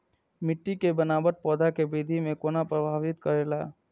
मिट्टी के बनावट पौधा के वृद्धि के कोना प्रभावित करेला?